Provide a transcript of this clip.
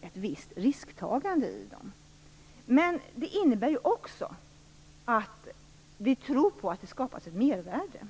ett visst risktagande. Det innebär ju också att vi tror på att det skapas ett mervärde.